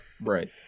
right